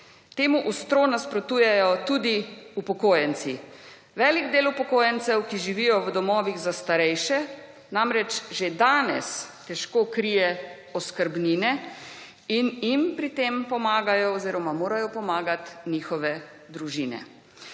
Temu ostro nasprotujejo tudi upokojenci. Velik del upokojencev, ki živijo v domovih za starejše, namreč že danes težko krije oskrbnine in jim pri tem pomagajo oziroma morajo pomagat, njihove družine.